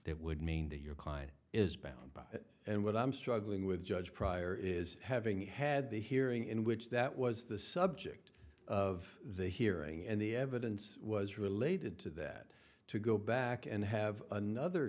that would mean to your client is bound by it and what i'm struggling with judge prior is having had the hearing in which that was the subject of the hearing and the evidence was related to that to go back and have another